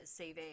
CV